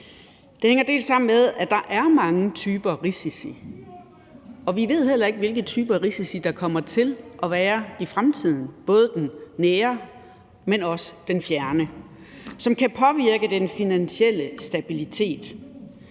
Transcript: Det hænger sammen med, at der er mange typer risici, og at vi heller ikke ved, hvilke typer risici der kommer til at være i både den nære fremtid, men også den fjerne, som kan påvirke den finansielle stabilitet.